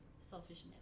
selfishness